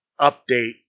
update